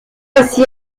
ainsi